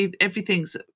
everything's